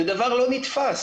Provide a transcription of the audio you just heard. זה דבר לא נתפס.